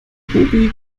gobi